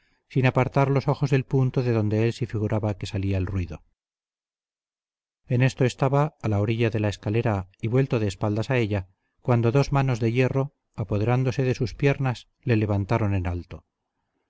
sin apartar los ojos del punto de donde él se figuraba que salía el ruido en esto estaba a la orilla de la escalera y vuelto de espaldas a ella cuando dos manos de hierro apoderándose de sus piernas le levantaron en alto